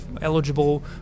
eligible